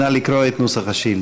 נא לקרוא את נוסח השאילתה.